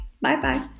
Bye-bye